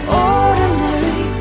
ordinary